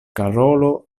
karolo